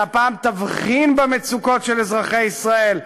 שהפעם תבחין במצוקות של אזרחי ישראל,